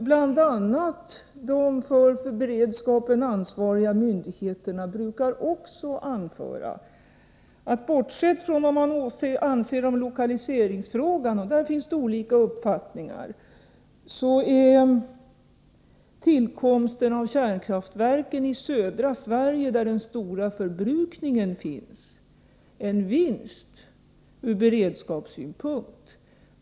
Bl.a. de för beredskapen ansvariga myndigheterna brukar anföra att bortsett från vad man anser i lokaliseringsfrågan — och där har man olika uppfattningar — är tillkomsten av kärnkraftverken i södra Sverige, där den stora förbrukningen finns, en vinst ur beredskapssynpunkt.